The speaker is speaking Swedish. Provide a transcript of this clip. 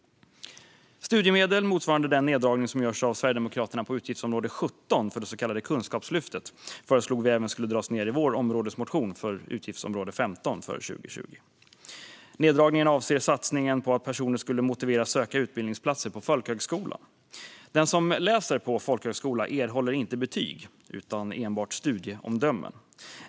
Studiemedel motsvarande den neddragning som görs av Sverigedemokraterna på utgiftsområde 17 för det så kallade Kunskapslyftet föreslog vi i vår områdesmotion även skulle dras ned för utgiftsområde 15 för 2020. Neddragningen avser satsningen på att personer skulle motiveras att söka utbildningsplatser på folkhögskolan. Den som läser på folkhögskola erhåller inte betyg utan enbart studieomdömen.